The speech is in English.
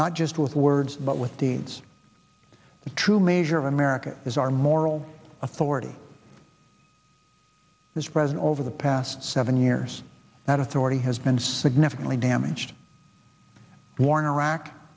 not just with words but with deeds the true measure of america is our moral authority this president over the past seven years that authority has been significantly damaged the war in iraq